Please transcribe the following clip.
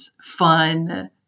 fun